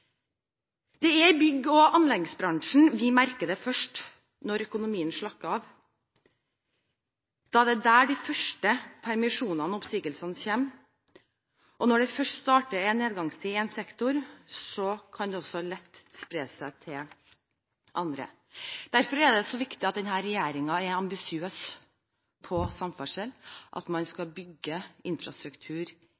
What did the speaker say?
Det er i bygg- og anleggsbransjen vi merker det først når økonomien slakker av. Det er der de første permisjonene og oppsigelsene kommer, og når det først starter en nedgangstid i en sektor, kan det også lett spre seg til andre. Derfor er det så viktig at denne regjeringen er ambisiøs når det gjelder samferdsel, og skal bygge infrastruktur i hele landet, og at man